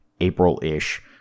April-ish